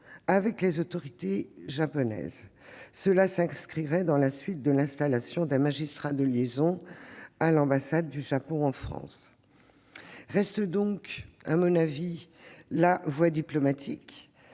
avec les autorités japonaises. Cette mesure s'inscrirait dans la suite de l'installation d'un magistrat de liaison à l'ambassade du Japon en France. Reste donc la voie diplomatique.